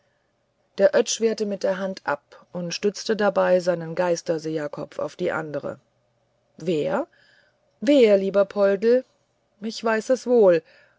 der oetsch wehrte mit der hand ab und stützte dabei seinen geisterseherkopf in die andere wer wer lieber poldl ich weiß es wohl